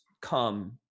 come